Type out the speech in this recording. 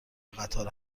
قطار